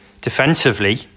defensively